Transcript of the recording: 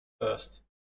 first